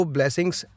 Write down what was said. Blessings